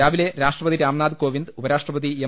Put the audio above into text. രാവിലെ രാഷ്ട്രപതി രാംനാഥ് കോവിന്ദ് ഉപരാഷ്ട്രപതി എം